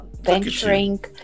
venturing